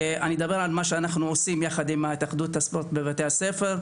אני אדבר על מה שאנחנו עושים יחד עם התאחדות הספורט בבתי הספר.